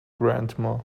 grandma